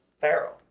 Pharaoh